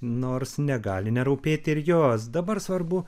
nors negali nerūpėti ir jos dabar svarbu